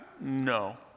No